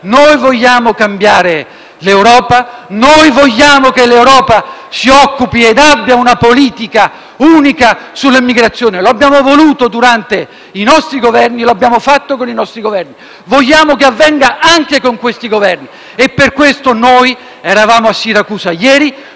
Vogliamo cambiare l'Europa; vogliamo che l'Europa si occupi ed abbia una politica unica sull'immigrazione. Lo abbiamo voluto e fatto durante i nostri Governi. Vogliamo che avvenga anche con questi Governi. Per questo noi eravamo a Siracusa ieri